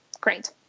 Great